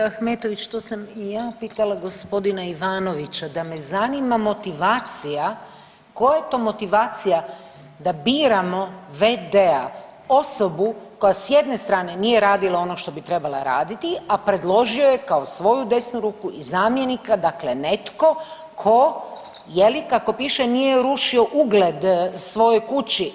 Kolegica Ahmetović, to sam i ja pitala gospodina Ivanovića da me zanima motivacija, koja je to motivacija da biramo v.d.-a osobu koja sa jedne strane nije radila ono što bi trebala raditi, a predložio je kao svoju desnu ruku i zamjenika, dakle netko tko je li kako piše nije rušio ugled svojoj kući.